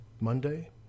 Monday